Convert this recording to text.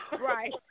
Right